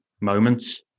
moments